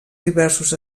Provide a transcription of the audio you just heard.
diversos